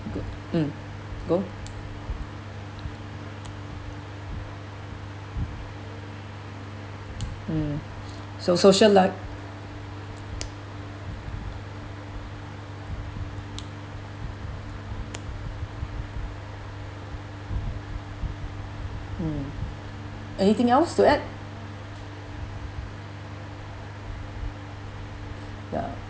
go um go um so social li~ mm anything else to add ya